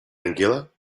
anguilla